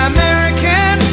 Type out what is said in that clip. American